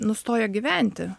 nustojo gyventi